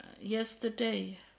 yesterday